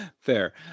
fair